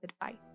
advice